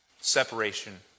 separation